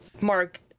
mark